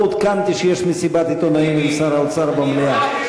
לא עודכנתי שיש מסיבת עיתונאים עם שר האוצר במליאה.